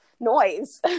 noise